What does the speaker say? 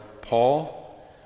Paul